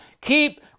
keep